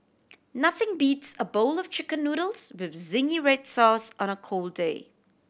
nothing beats a bowl of Chicken Noodles with zingy red sauce on a cold day